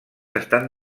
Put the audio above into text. estan